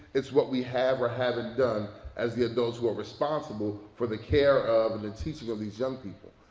it's what we have or haven't done as the adults who are responsible for the care of and the teaching of these young people.